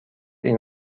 این